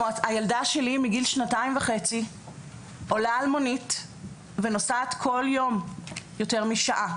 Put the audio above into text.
הילדה שלי מגיל שנתיים וחצי עולה על מונית ונוסעת בכל יום יותר משעה